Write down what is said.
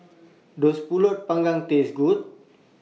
Does Pulut Panggang Taste Good